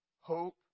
hope